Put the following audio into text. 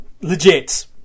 legit